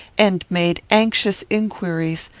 and made anxious inquiries,